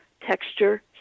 texture